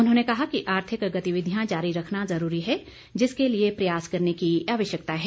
उन्होंने कहा कि आर्थिक गतिविधियां जारी रखना ज़रूरी है जिसके लिए प्रयास करने की आवश्यकता है